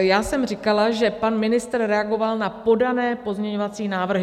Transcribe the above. Já jsem říkala, že pan ministr reagoval na podané pozměňovací návrhy.